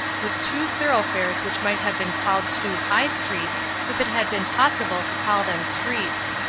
with two thoroughfares which might have been called two high streets if it had been possible to call them streets.